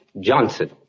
Johnson